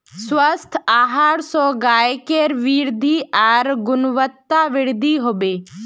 स्वस्थ आहार स गायकेर वृद्धि आर गुणवत्तावृद्धि हबे